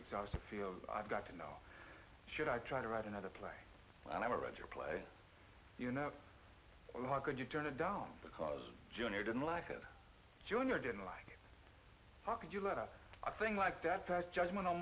exhausted feel i've got to know should i try to write another play i never read your play you know how could you turn it down because junior didn't like a junior didn't like how could you let a a thing like that passed judgment on